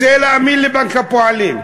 רוצה להאמין לבנק הפועלים,